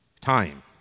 time